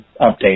update